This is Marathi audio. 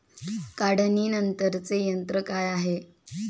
काढणीनंतरचे तंत्र काय आहे?